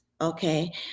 Okay